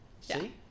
See